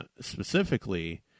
specifically